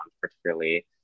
particularly